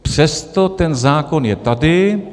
Přesto ten zákon je tady.